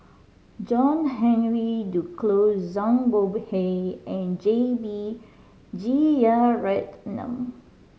John Henry Duclos Zhang Bohe and J B Jeyaretnam